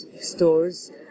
stores